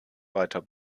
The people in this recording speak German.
weiter